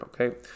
Okay